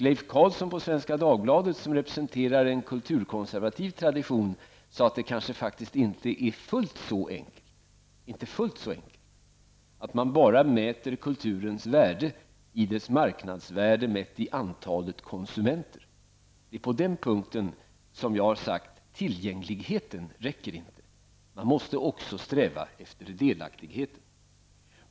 Leif Carlsson på Svenska Dagbladet, som representerar en kulturkonservativ tradition, sade att det kanske faktiskt inte är fullt så enkelt, att kulturens värde är detsamma som dess marknadsvärde, mätt i antalet konsumenter. Det är på den punkten som jag har sagt att tillgänglighet räcker inte. Man måste också sträva efter delaktighet.